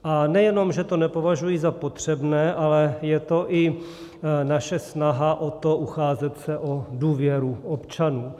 A nejenom že to nepovažuji za potřebné, ale je to i naše snaha o to ucházet se o důvěru občanů.